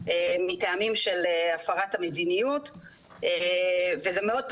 מטעמים של הפרת המדיניות וזה מאוד פשוט,